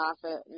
profit